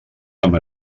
amb